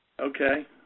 Okay